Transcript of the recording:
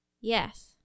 Yes